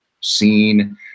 seen